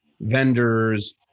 vendors